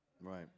Right